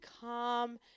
calm